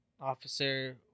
Officer